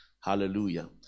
hallelujah